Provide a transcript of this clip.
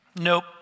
Nope